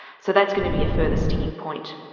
so that's going to be a further sticking point.